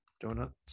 donuts